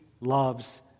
loves